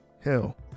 Hell